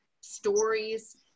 stories